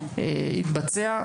זה יתבצע,